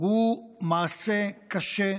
היא מעשה קשה,